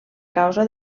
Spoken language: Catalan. causa